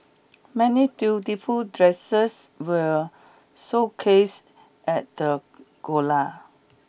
many beautiful dresses were showcased at the gala